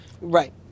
Right